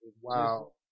Wow